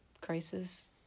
crisis